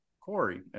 Corey